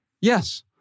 yes